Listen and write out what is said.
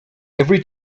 every